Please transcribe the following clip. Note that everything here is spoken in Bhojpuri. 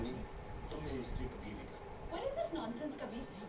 बाढ़ से सब्जी क फसल खराब हो जाई